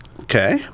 Okay